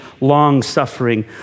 long-suffering